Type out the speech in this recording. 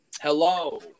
Hello